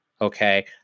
okay